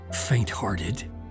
faint-hearted